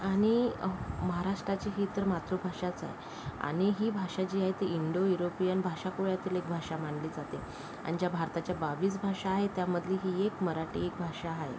आणि महाराष्ट्राची ही तर मातृभाषाच आहे आणि ही भाषा जी आहे ती इंडो युरोपियन भाषा कुळातील एक भाषा मानली जाते आणि ज्या भारताच्या बावीस भाषा आहेत त्यामधली ही एक मराठी एक भाषा आहे